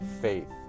faith